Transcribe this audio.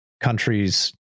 countries